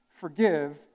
Forgive